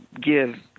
give